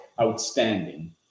Outstanding